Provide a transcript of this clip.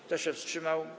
Kto się wstrzymał?